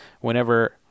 whenever